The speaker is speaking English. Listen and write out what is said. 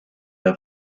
are